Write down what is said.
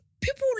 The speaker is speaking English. people